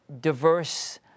diverse